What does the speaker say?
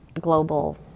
global